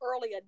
early